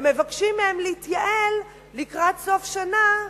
ומבקשים מהם להתייעל לקראת סוף שנה,